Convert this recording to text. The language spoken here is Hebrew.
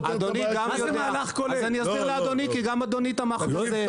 אז אני אסביר לאדוני, כי גם אדוני תמך בזה.